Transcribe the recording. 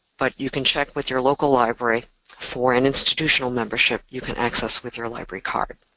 but you can check with your local library for an institutional membership you can access with your library card.